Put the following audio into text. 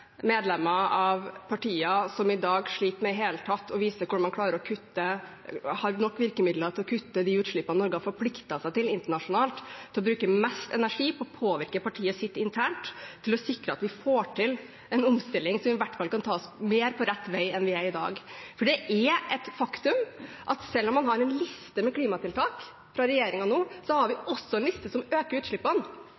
medlemmer av partier som i dag sliter med i det hele tatt å ha nok virkemidler til å kutte de utslippene Norge har forpliktet seg til internasjonalt, å bruke mest energi på å påvirke partiet sitt internt for å sikre at vi får til en omstilling som i hvert fall kan ta oss mer på rett vei enn vi er i dag. For det er et faktum at selv om vi har en liste med klimatiltak fra regjeringen nå, har vi